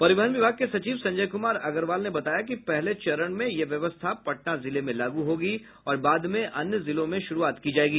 परिवहन विभाग के सचिव संजय कुमार अग्रवाल ने बताया कि पहले चरण में यह व्यवस्था पटना जिले में लागू होगी और बाद में अन्य जिलों में शुरूआत की जायेगी